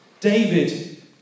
David